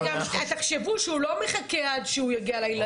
וגם תחשבו שהוא לא מחכה עד שהוא יגיע לילדים.